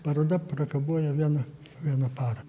paroda prakabojo vieną vieną parą